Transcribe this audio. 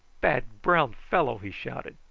bad brown fellow! he shouted.